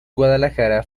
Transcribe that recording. guadalajara